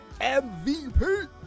mvp